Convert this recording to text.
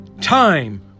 time